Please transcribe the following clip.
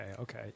Okay